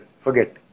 forget